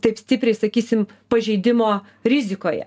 taip stipriai sakysim pažeidimo rizikoje